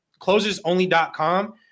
closersonly.com